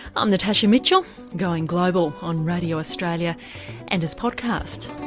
i'm natasha mitchell going global on radio australia and as podcast.